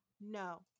no